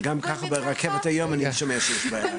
וגם ברכבת היום אני שומע שיש בעיות.